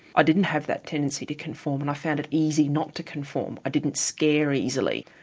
i didn't have that tendency to conform and i found it easy not to conform. i didn't scare easily.